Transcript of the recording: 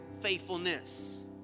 faithfulness